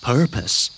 Purpose